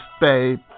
babe